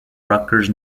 rutgers